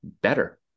better